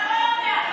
אז אתה לא יודע.